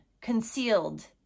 concealed